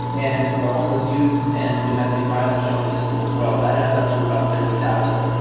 and the homeless youth and domestic violence shelter system as well. that adds up to about thirty thousand.